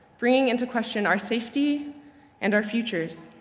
bringing into question our safety and our futures.